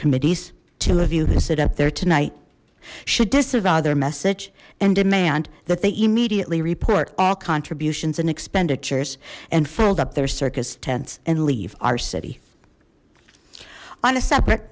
committees to have you visit up there tonight should disavow their message and demand that they immediately report all contributions and expenditures and fold up their circus tents and leave our city on a separate